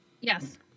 Yes